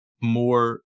more